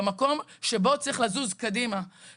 במקום שבו צריך לזוז קדימה,